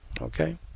okay